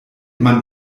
man